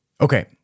okay